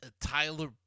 Tyler